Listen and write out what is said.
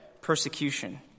persecution